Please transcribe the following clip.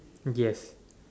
yes